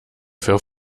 für